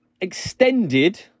extended